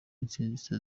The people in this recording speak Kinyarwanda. intsinzi